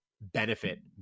benefit